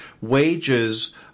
wages